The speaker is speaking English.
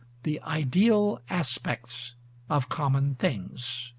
the ideal aspects of common things,